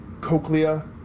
cochlea